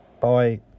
Bye